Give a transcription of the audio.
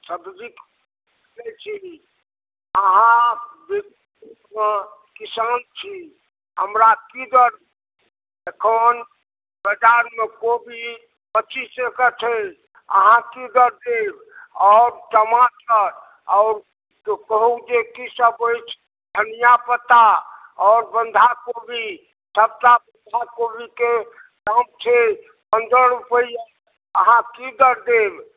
सबजी बेचैत छी अहाँ बऽ किसान छी हमरा की दर एखन बजारमे कोबी पचीस टके छै अहाँ की दर देब आओर टमाटर आओर क कहु जे की सभ अछि धनिया पत्ता आओर बन्धाकोबी सभटा बन्धाकोबीके दाम छै पन्द्रह रुपए अहाँ की दर देब